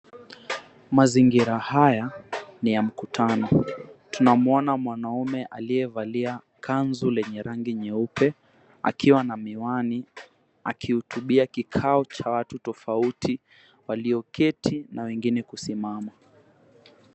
Mazingira haya ni ya mkutano, tunamwona mwanamme aliyevalia kanzu lenye rangi nyeupe akiwa na miwani, akihutubia kikao cha watu tofauti, walioketi na wengine kusimama.